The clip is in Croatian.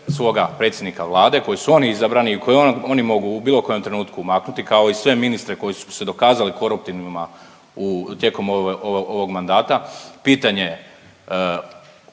svoga predsjednika Vlade kojega su oni izabrali i koji oni mogu u bilo kojem trenutku maknuti kao i sve ministre koji su se dokazali koruptivnima tijekom ovog mandata. Pitanje je